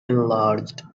enlarged